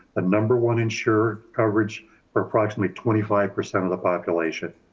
ah number one insured coverage for approximately twenty five percent of the population.